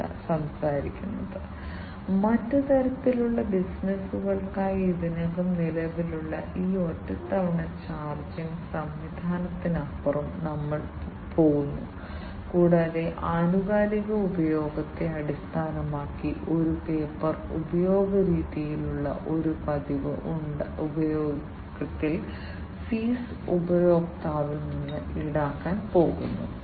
അവർ അയയ്ക്കുന്നു അവർ മനസ്സിലാക്കാൻ രൂപകൽപ്പന ചെയ്തിരിക്കുന്ന ഹ്യൂമൻ ഫിസിയോളജിക്കൽ പാരാമീറ്ററിനെ അവർ മനസ്സിലാക്കുന്നു തുടർന്ന് അടിസ്ഥാനപരമായി ആ ഫിസിയോളജിക്കൽ പാരാമീറ്ററുകൾ വയർലെസ് ആയി അവർ ആ പാരാമീറ്ററുകൾ കൂടുതൽ നിരീക്ഷണത്തിനായി ഡോക്ടർമാർക്ക് അയയ്ക്കാൻ പോകുന്നു